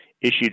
issued